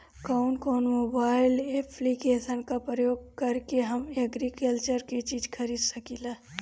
कउन कउन mobile application का प्रयोग करके हम एग्रीकल्चर के चिज खरीद सकिला?